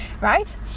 right